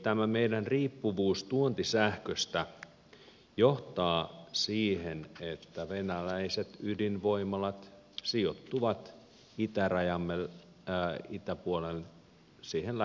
tämä meidän riippuvuutemme tuontisähköstä johtaa siihen että venäläiset ydinvoimalat sijoittuvat itärajamme itäpuolen lähituntumaan